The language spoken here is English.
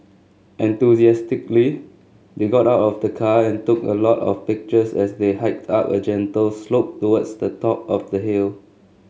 enthusiastically they got out of the car and took a lot of pictures as they hiked up a gentle slope towards the top of the hill